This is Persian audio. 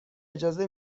اجازه